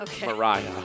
Mariah